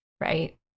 right